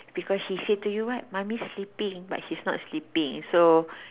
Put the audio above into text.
because she say to you right mummy sleeping but he's not sleeping so